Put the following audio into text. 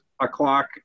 o'clock